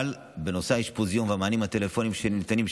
אבל בנושא אשפוז יום והמענים הטלפוניים שניתנים,